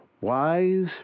Wise